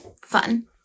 fun